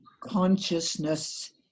consciousness